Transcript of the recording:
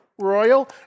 Royal